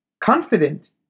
Confident